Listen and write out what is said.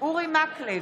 אורי מקלב,